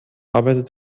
arbeitet